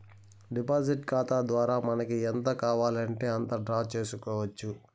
deposit ఖాతా ద్వారా మనకి ఎంత కావాలంటే అంత డ్రా చేసుకోవచ్చు